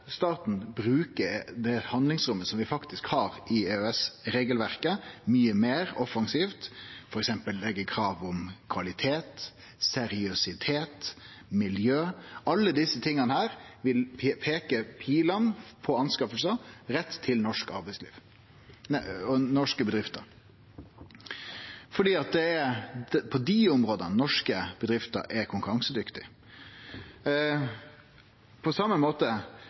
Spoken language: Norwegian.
staten bruke det handlingsrommet som vi faktisk har i EØS-regelverket, mye meir offensivt, f.eks. ved å påleggje krav om kvalitet, seriøsitet og miljø. I alle desse tinga vil pilane for anskaffingar peike rett til norsk arbeidsliv og norske bedrifter. For det er på dei områda norske bedrifter er konkurransedyktige. På same måte